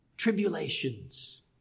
tribulations